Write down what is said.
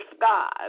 God